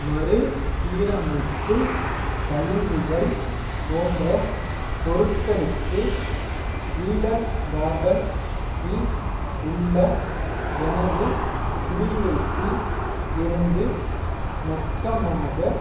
மறுசீரமைப்பு கழிவுகள் போன்ற பொருட்களுக்கு ஈடன் கார்டன்ஸ் இல் உள்ள எனது குடியிருப்பில் இருந்து மொத்தமாக